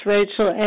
Rachel